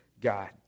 God